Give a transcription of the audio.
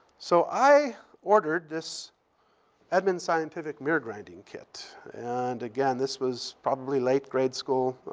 so i ordered this edmund scientific mirror grinding kit. and, again, this was probably late grade school.